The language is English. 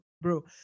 bro